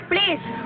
Please